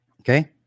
Okay